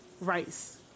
rice